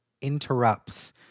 interrupts